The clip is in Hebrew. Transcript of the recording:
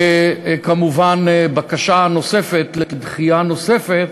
בקשה נוספת לדחייה נוספת,